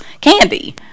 candy